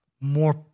more